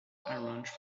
arranged